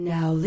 Now